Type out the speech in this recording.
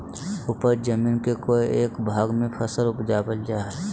उपज जमीन के कोय एक भाग में फसल उपजाबल जा हइ